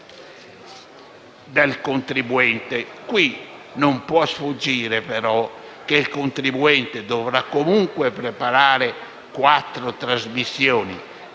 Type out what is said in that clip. Qui non può sfuggire, però, che il contribuente dovrà comunque preparare quattro trasmissioni